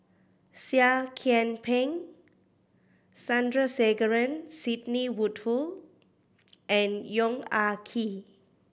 Seah Kian Peng Sandrasegaran Sidney Woodhull and Yong Ah Kee